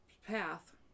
path